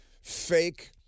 fake